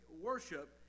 worship